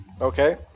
okay